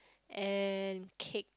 and cake